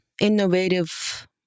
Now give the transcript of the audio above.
innovative